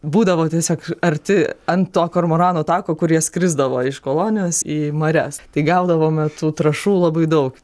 būdavo tiesiog arti ant to kormoranų tako kur jie skrisdavo iš kolonijos į marias tai gaudavome tų trąšų labai daug